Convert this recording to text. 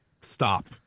stop